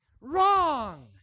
Wrong